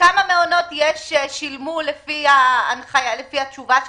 וכמה מעונות יש ששילמו לפי התשובה שלכם,